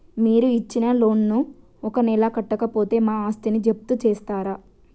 మీరు ఇచ్చిన లోన్ ను ఒక నెల కట్టకపోతే మా ఆస్తిని జప్తు చేస్తరా?